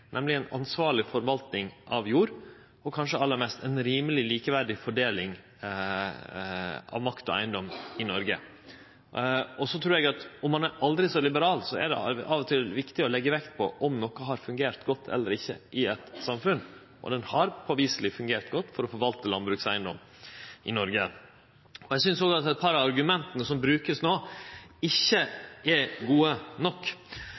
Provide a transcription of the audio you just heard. nemleg ein ansvarleg forvaltning av jord og kanskje aller mest ei rimeleg likeverdig fordeling av makt og eigedom i Noreg. Eg trur at om ein er aldri så liberal, er det av og til viktig å leggje vekt på om noko har fungert godt eller ikkje i eit samfunn. Odelsretten har påviseleg fungert godt for å forvalte landbrukseigedom i Noreg. Eg synest også at eit par av argumenta som vert brukte no, ikkje er gode nok.